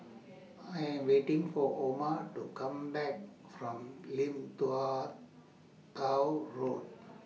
I Am waiting For Oma to Come Back from Lim Tua Tow Road